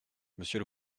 monsieur